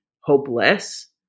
hopeless